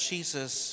Jesus